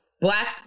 black